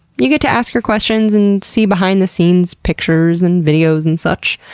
you get to ask your questions and see behind-the-scenes pictures and videos and such.